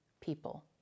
people